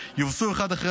חבר הכנסת טיבי,